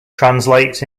translates